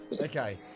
Okay